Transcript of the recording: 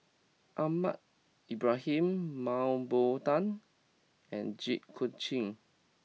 Ahmad Ibrahim Mah Bow Tan and Jit Koon Ch'ng